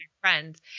friends